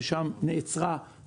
ושם זה נעצר.